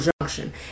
junction